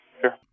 Sure